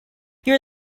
your